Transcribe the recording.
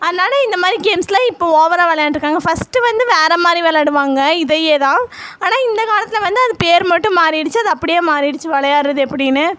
அதனால இந்த மாதிரி கேம்ஸ்ஸெலாம் இப்போ ஓவராக விளையாண்ட்ருக்காங்க ஃபஸ்ட்டு வந்து வேறு மாதிரி விளையாடுவாங்க இதையே தான் ஆனால் இந்த காலத்தில் வந்து அது பேயர் மட்டும் மாறிடுச்சு அது அப்படியே மாறிடுச்சு விளையாட்றது எப்படின்னு